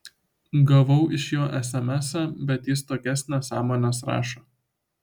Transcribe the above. gavau iš jo esemesą bet jis tokias nesąmones rašo